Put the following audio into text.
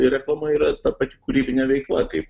ir reklama yra ta pati kūrybinė veikla kaip